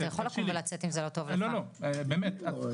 את חוצה כל גבול.